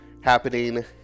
happening